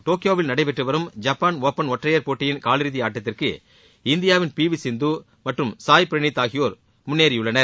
டோக்கியோவில் நடைபெற்று வரும் ஜப்பான் ஒபன் ஒற்றையர் போட்டியின் காலிறதி அட்டத்திற்கு இந்தியாவின் பி வி சிந்து மற்றும் சாய் பிரளீத் ஆகியோர் முன்னேறியுள்ளனர்